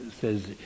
says